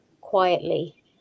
quietly